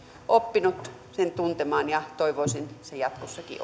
oppinut sen tuntemaan ja toivoisin sen jatkossakin